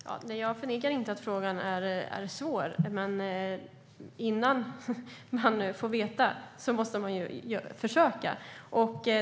Herr talman! Jag förnekar inte att frågan är svår, men innan man får veta måste man ju försöka.